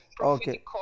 Okay